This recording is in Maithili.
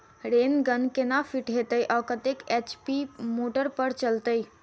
रेन गन केना फिट हेतइ आ कतेक एच.पी मोटर पर चलतै?